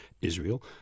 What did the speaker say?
Israel